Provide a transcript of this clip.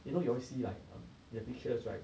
you know you always see like um your pictures right